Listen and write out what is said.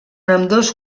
ambdós